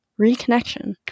reconnection